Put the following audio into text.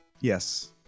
Yes